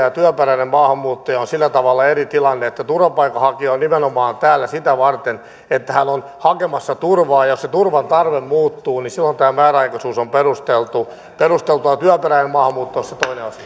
ja työperäinen maahanmuuttaja ovat sillä tavalla eri tilanteissa että turvapaikanhakija on täällä nimenomaan sitä varten että hän on hakemassa turvaa ja jos se turvan tarve muuttuu niin silloin tämä määräaikaisuus on perusteltua työperäinen maahanmuutto on se